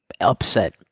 upset